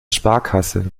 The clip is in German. sparkasse